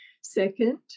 Second